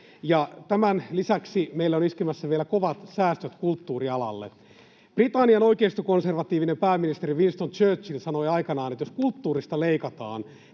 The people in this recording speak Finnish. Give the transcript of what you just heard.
Tämän lisäksi meille ovat iskemässä vielä kovat säästöt kulttuurialalle. Britannian oikeistokonservatiivinen pääministeri Winston Churchill sanoi aikanaan, että jos kulttuurista leikataan,